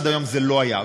עד היום זה לא היה,